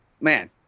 Man